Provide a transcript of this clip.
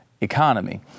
economy